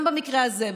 גם במקרה הזה,